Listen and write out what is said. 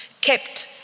kept